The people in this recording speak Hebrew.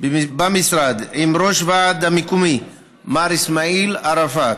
במשרד עם ראש ועד המקום מר איסמעיל ערפאת.